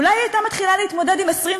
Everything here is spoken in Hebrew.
אולי היא הייתה מתחילה להתמודד עם 24